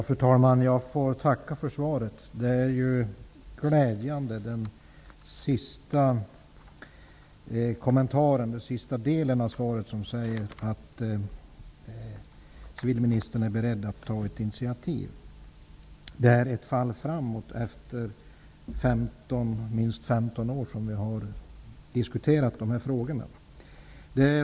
Fru talman! Jag får tacka för svaret. Den sista delen av svaret är glädjande. Civilministern säger där att hon är beredd att ta initiativ. Det är ett fall framåt efter de minst 15 år som vi har diskuterat dessa frågor.